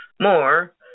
more